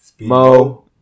Mo